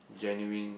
genuine